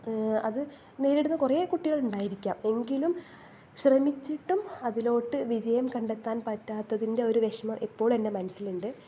അത് നേരിടുന്ന കുറേ കുട്ടികളുണ്ടായിരിക്കാം എങ്കിലും ശ്രമിച്ചിട്ടും അതിലേക്ക് വിജയം കണ്ടെത്താൻ പറ്റാത്തതിൻ്റെ ഒരു വിഷമം ഇപ്പോഴും എൻ്റെ മനസ്സിൽ ഉണ്ട്